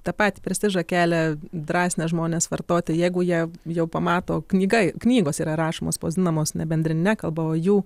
tą patį prestižą kelia drąsina žmones vartoti jeigu jie jau pamato knyga knygos yra rašomos spausdinamos ne bendrine kalba o jų